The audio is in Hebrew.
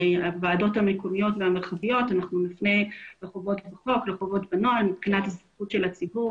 הוועדות המקומיות והמרחביות ונפנה לנוהל מבחינת נוכחות הציבור.